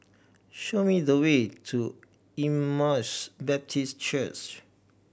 show me the way to Emmaus Baptist